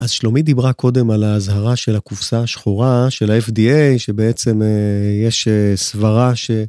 אז שלומי דיברה קודם על האזהרה של הקופסה השחורה של ה-FDA, שבעצם יש סברה ש...